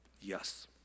yes